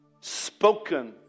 spoken